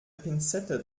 pinzette